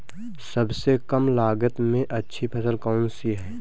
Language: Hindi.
सबसे कम लागत में अच्छी फसल कौन सी है?